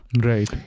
Right